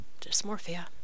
dysmorphia